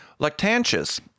Lactantius